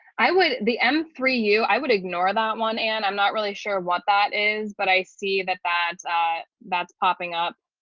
i would be m three you, i would ignore that one. and i'm not really sure what that is. but i see that that that's popping up